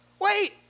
Wait